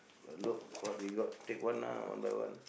a look what we got take one ah one by one